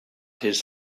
his